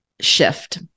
Shift